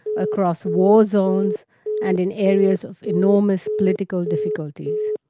across war zones and in areas of enormous political difficulties.